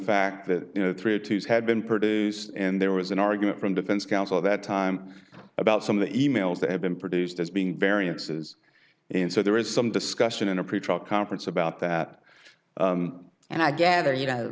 fact that you know three a tuesday had been produced and there was an argument from defense counsel that time about some of the e mails that have been produced as being variances in so there is some discussion in a pretrial conference about that and i gather you